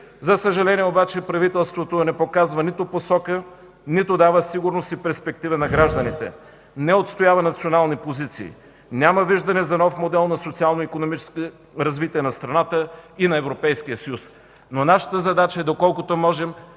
За съжаление обаче правителството не показва нито посока, нито дава сигурност и перспектива на гражданите, не отстоява национални позиции. Няма виждане за нов модел на социално-икономическо развитие на страната и на Европейския съюз, но нашата задача е доколкото можем